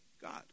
god